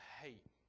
hate